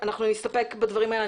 נסתפק בדברים האלה.